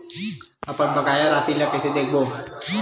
अपन बकाया राशि ला कइसे देखबो?